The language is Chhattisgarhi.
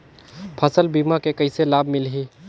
फसल बीमा के कइसे लाभ मिलही?